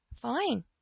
fine